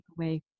takeaway